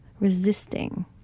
resisting